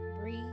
breathe